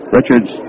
Richards